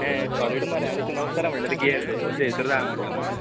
हें सोलीड मरे आनी तें नवतारा म्हण्टा तें कितें रे तें तुमच्या थंयसरुच आसा म्हणले मरे